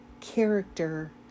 character